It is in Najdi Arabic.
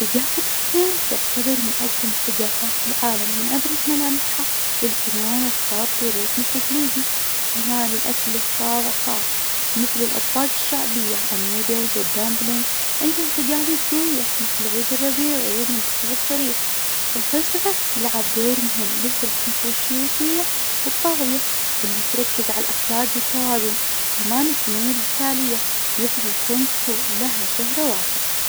ثقافة الصين تعتبر من أقدم الثقافات في العالم من أبرز ملامحها الفنون الخط والرسم التقليدي، كمان الأكل له طابع خاص مثل الأطباق الشعبية النودلز والدامبلينج. عندهم تقاليد قوية مثل عيد الربيع وعيد منتصف الخريف. الفلسفة تلعب دور مهم مثل الكونفوشيوسية والطاوية واللي تركز على الأخلاق والتوازن. كمان الفنون القتالية مثل الكونج فو لها شهرة واسعة.